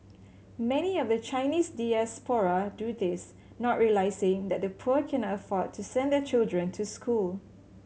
many of the Chinese diaspora do this not realising that the poor cannot afford to send their children to school